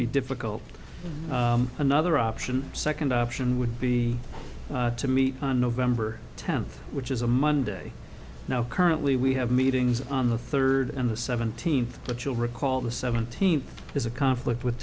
be difficult another option second option would be to meet on november tenth which is a monday now currently we have meetings on the third and the seventeenth but you'll recall the seventeenth is a conflict with